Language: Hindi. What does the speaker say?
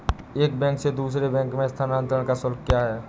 एक बैंक से दूसरे बैंक में स्थानांतरण का शुल्क क्या है?